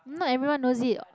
not everyone knows it